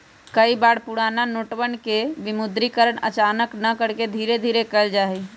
कई बार पुराना नोटवन के विमुद्रीकरण अचानक न करके धीरे धीरे कइल जाहई